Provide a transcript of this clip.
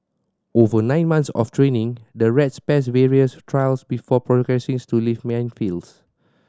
over nine months of training the rats pass various trials before progressing to live minefields